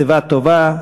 בשיבה טובה,